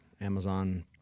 Amazon